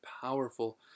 powerful